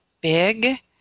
big